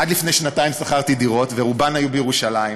עד לפני שנתיים שכרתי דירות, ורובן היו בירושלים.